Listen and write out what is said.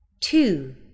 two